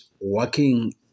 working